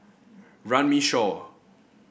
Runme Shaw